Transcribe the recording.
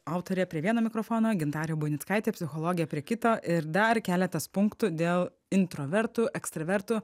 autorė prie vieno mikrofono gintarė buinickaitė psichologė prie kito ir dar keletas punktų dėl introvertų ekstravertų